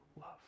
love